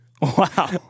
Wow